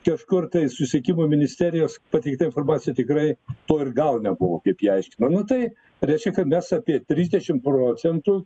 kažkur tai susikibo ministerijos pateikta informacija tikrai to ir gal nebuvo kaip jie aiškina nu tai reiškia kad mes apie trisdešimt procentų